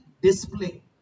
display